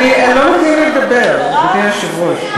אבל הם לא נותנים לי לדבר, אדוני היושב-ראש.